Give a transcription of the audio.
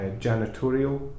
janitorial